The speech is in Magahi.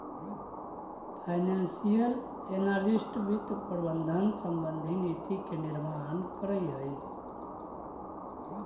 फाइनेंशियल एनालिस्ट वित्त प्रबंधन संबंधी नीति के निर्माण करऽ हइ